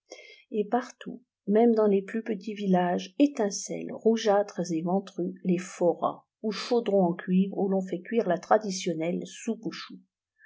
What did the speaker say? et partout même dans les plus petits villages étincellent rougeâtres et ventrus les forrats ou chaudrons en cuivre où l'on fait cuire la traditionnelle soupe